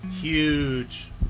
Huge